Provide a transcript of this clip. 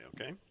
okay